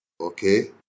okay